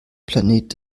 planet